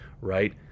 right